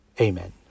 Amen